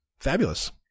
Fabulous